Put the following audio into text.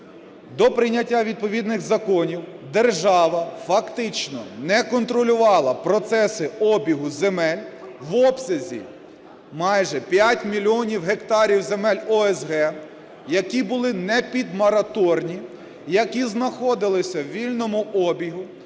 до прийняття відповідних законів держава фактично не контролювала процеси обігу земель в обсязі майже 5 мільйонів гектарів земель ОСГ, які були непідмораторні, які знаходилися в вільному обігу,